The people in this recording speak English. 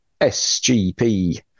SGP